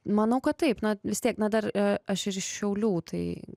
manau kad taip na vis tiek na dar aš ir iš šiaulių tai